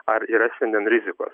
ar yra šiandien rizikos